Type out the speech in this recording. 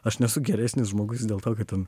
aš nesu geresnis žmogus dėl to kad ten